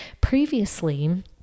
Previously